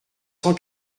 cent